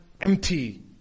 empty